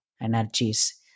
energies